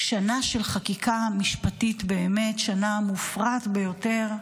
שנה של חקיקה משפטית, באמת שנה מופרעת ביותר,